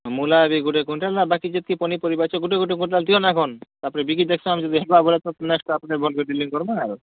ମୂଲା ଗୁଟେ ବି କୁଇଣ୍ଟାଲ ଆଉ ବାକି ଯେତ୍କି ପନିପରିବା ଗୁଟେ ଗୁଟେ କୁଇଣ୍ଟାଲ ଦିଅନା ତାର୍ ପରେ ବିକି ଦେଖ୍ସନ ନେକ୍ସଟ ତାପରେ ଭଲ୍ସେ ବଲିଙ୍ଗ୍ କର୍ମା